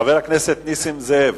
חבר הכנסת נסים זאב.